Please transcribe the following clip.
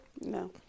no